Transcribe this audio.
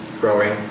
growing